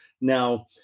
Now